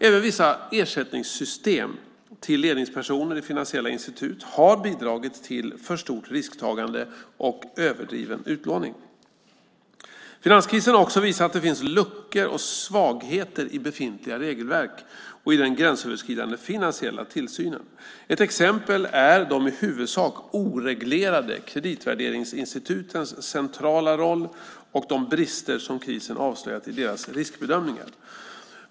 Även vissa ersättningssystem till ledningspersoner i finansiella institut har bidragit till för stort risktagande och överdriven utlåning. Finanskrisen har också visat att det finns luckor och svagheter i befintliga regelverk och i den gränsöverskridande finansiella tillsynen. Ett exempel är de i huvudsak oreglerade kreditvärderingsinstitutens centrala roll och de brister som krisen avslöjat i deras riskbedömningar.